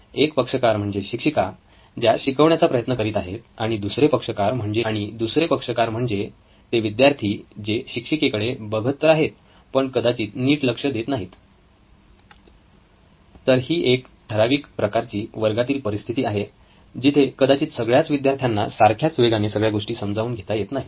एक पक्षकार म्हणजे शिक्षिका ज्या शिकवण्याचा प्रयत्न करीत आहेत आणि दुसरे पक्षकार म्हणजे ते विद्यार्थी जे शिक्षिकेकडे बघत तर आहेत पण कदाचित नीट लक्ष देत नाहीत तर ही एक ठराविक प्रकारची वर्गातील परिस्थिती आहे जिथे कदाचित सगळ्याच विद्यार्थ्यांना सारख्याच वेगाने सगळ्या गोष्टी समजावून घेता येत नाहीत